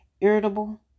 irritable